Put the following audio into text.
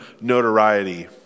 notoriety